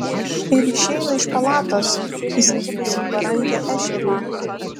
ir išeina iš palatos įsikibusi į parankę ešeriui